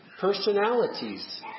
personalities